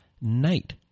night